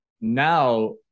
now